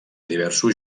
diversos